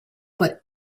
but